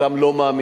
אותם לא מאמינים,